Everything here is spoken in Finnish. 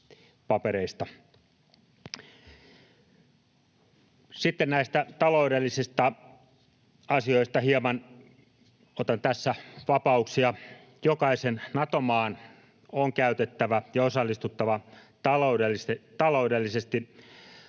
Sitten näistä taloudellisista asioista — hieman otan tässä vapauksia: Jokaisen Nato-maan on osallistuttava taloudellisesti